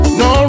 no